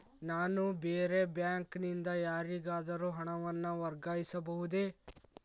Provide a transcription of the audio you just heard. ನಾನು ಬೇರೆ ಬ್ಯಾಂಕ್ ನಿಂದ ಯಾರಿಗಾದರೂ ಹಣವನ್ನು ವರ್ಗಾಯಿಸಬಹುದೇ?